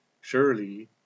Surely